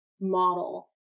model